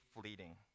fleeting